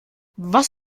was